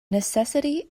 necessity